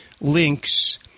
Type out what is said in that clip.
links